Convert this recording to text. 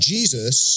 Jesus